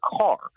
car